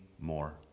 more